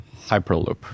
Hyperloop